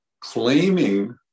Claiming